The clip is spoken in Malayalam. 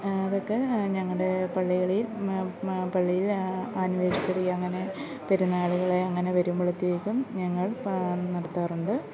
അതൊക്കെ ഞങ്ങളുടെ പള്ളികളില് മാ മ പള്ളിയിലാണ് ആനിവേഴ്സറി അങ്ങനെ പെരുന്നാളുകൾ അങ്ങനെ വരുമ്പോഴത്തേക്കും ഞങ്ങള് പാ നടത്താറുണ്ട്